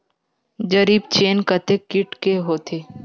जरीब चेन कतेक फीट के होथे?